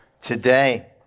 today